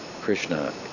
Krishna